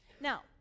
Now